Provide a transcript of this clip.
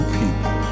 people